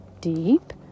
deep